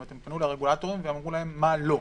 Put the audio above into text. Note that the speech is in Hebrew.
הם פנו לרגולטורים ואמרו להם מה לא.